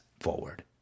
forward